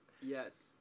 Yes